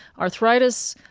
arthritis,